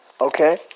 Okay